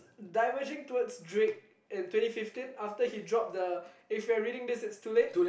diverging towards Drake in twenty fifteen after he drop the if you're reading this it's too late